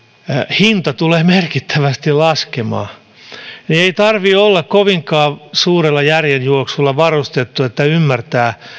hinta tulee merkittävästi laskemaan ei tarvitse olla kovinkaan suurella järjenjuoksulla varustettu että ymmärtää